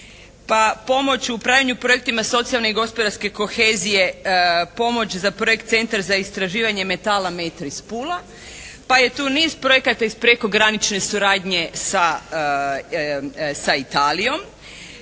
pa pomoć u upravljanju projektima socijalne i gospodarske kohezije, pomoć za projekt Centra za istraživanje metala "Metris" Pula, pa je tu niz projekata iz prekogranične suradnje sa Italijom.